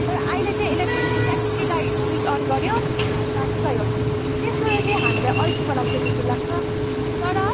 तर अहिले चाहिँ इलेकट्रोनिक ट्याक्कै लाइट स्विच अन गऱ्यो भात पाकी गयो त्यस्तोले चाहिँ हामीलाई अल्छे बनाउँछ जस्तो लाग्छ तर